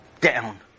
down